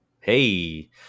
Hey